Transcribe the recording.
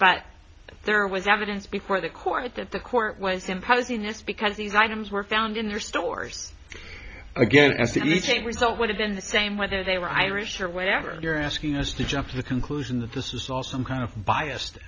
but there was evidence before the court that the court was imposing this because these items were found in their stores again as the result would have been the same whether they were irish or whatever you're asking us to jump to the conclusion that this is all some kind of biased